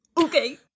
okay